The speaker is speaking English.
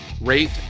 rate